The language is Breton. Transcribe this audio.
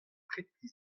preti